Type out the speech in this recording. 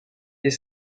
est